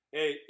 Hey